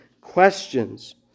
questions